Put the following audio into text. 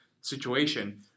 situation